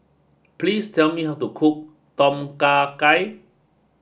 please tell me how to cook Tom Kha Gai